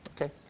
okay